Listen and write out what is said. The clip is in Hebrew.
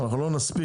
אנחנו לא נספיק,